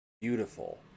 beautiful